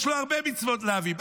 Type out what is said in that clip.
יש לו הרבה מצוות לאווים.